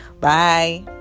bye